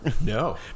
No